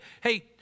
hey